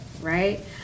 right